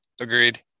Agreed